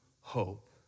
hope